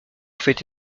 fait